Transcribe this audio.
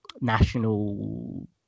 national